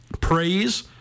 praise